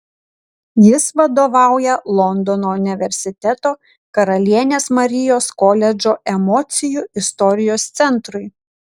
jis vadovauja londono universiteto karalienės marijos koledžo emocijų istorijos centrui